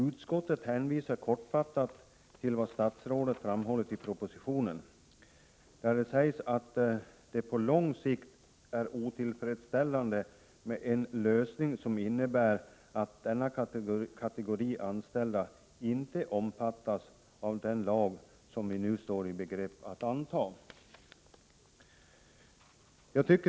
Utskottet hänvisar kortfattat till vad statsrådet har framhållit i propositionen, där det sägs att det på lång sikt är otillfredsställande med en lösning som innebär att denna kategori anställda inte omfattas av den lag som vi nu står i begrepp att anta.